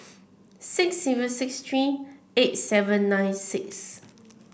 six zero six three eight seven nine six